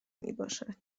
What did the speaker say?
میباشد